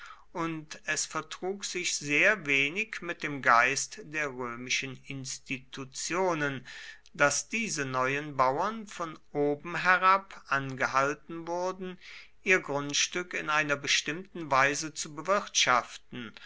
und es vertrug sich sehr wenig mit dem geist der römischen institutionen daß diese neuen bauern von oben herab angehalten wurden ihr grundstück in einer bestimmten weise zu bewirtschaften